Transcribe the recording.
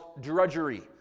drudgery